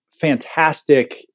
fantastic